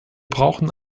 brauchen